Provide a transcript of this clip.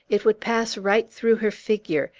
it would pass right through her figure,